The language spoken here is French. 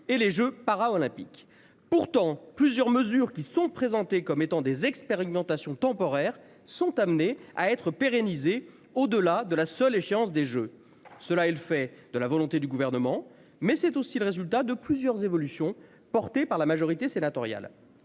et les Jeux para-olympiques pourtant plusieurs mesures qui sont présentés comme étant des expérimentations temporaires sont amenés à être pérennisés au-delà de la seule échéance des Jeux cela et le fait de la volonté du gouvernement, mais c'est aussi le résultat de plusieurs évolutions porté par la majorité sénatoriale.